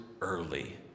early